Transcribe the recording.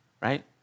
right